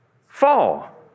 fall